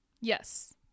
Yes